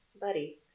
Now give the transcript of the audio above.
buddy